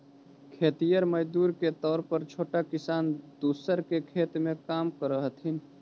खेतिहर मजदूर के तौर पर छोटा किसान दूसर के खेत में काम करऽ हथिन